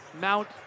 Mount